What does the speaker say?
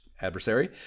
adversary